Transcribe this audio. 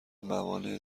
موانع